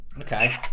okay